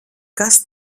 kas